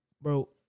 Bro